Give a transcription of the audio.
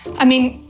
i mean,